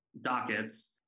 dockets